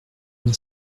d’un